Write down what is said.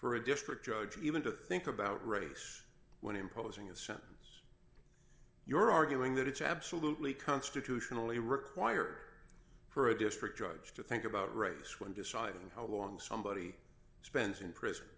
for a district judge even to think about race when imposing a sentence you're arguing that it's absolutely constitutionally required for a district judge to think about race when deciding how long somebody spends in prison